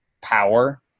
power